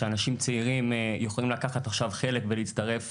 שאנחנו צעירים יכולים לקחת עכשיו חלק ולהצטרף